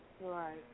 Right